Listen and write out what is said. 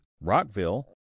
Rockville